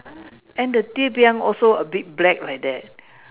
and the ti-piang also a bit black like that